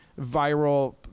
viral